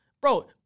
Bro